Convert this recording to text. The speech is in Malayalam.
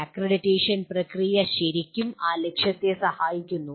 അക്രഡിറ്റേഷൻ പ്രക്രിയ ശരിക്കും ആ ലക്ഷ്യത്തെ സഹായിക്കുന്നു